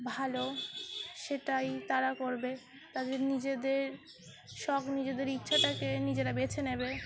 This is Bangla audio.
ভালো সেটাই তারা করবে তাদের নিজেদের শখ নিজেদের ইচ্ছাটাকে নিজেরা বেছে নেবে